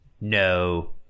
No